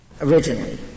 originally